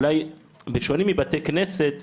אולי בשונה מבתי כנסת,